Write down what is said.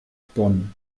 bonn